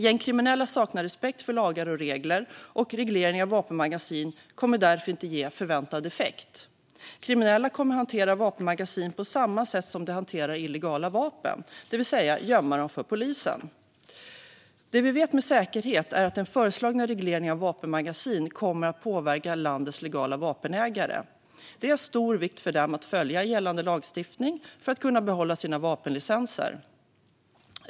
Gängkriminella saknar respekt för lagar och regler, och regleringen av vapenmagasin kommer därför inte att ge förväntad effekt. Kriminella kommer att hantera vapenmagasin på samma sätt som de hanterar illegala vapen, det vill säga gömma dem för polisen. Det vi vet med säkerhet är att den föreslagna regleringen av vapenmagasin kommer att påverka landets legala vapenägare. Det är av stor vikt för dem att följa gällande lagstiftning för att kunna behålla sina vapenlicenser.